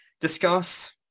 discuss